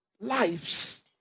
lives